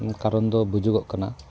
ᱠᱟᱨᱚᱱ ᱫᱚ ᱵᱩᱡᱩᱜᱚᱜ ᱠᱟᱱᱟ